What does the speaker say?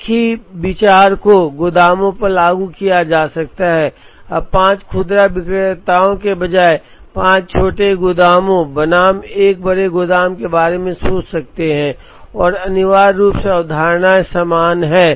एक ही विचार को गोदामों पर लागू किया जा सकता है अब पांच खुदरा विक्रेताओं के बजाय पांच छोटे गोदामों बनाम एक बड़े गोदाम के बारे में सोच सकते हैं और अनिवार्य रूप से अवधारणाएं समान हैं